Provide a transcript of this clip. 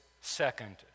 second